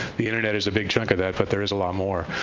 the internet is a big chunk of that, but there is a lot more.